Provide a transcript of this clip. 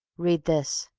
read this